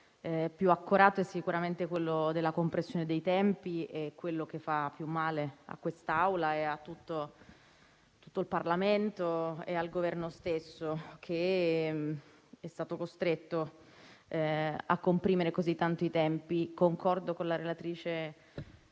più accorato è sicuramente quello della compressione dei tempi. È quello che fa più male a quest'Aula, a tutto il Parlamento e al Governo stesso, che è stato costretto a comprimere così tanto i tempi. Concordo con la relatrice Rivolta.